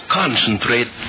concentrate